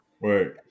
Right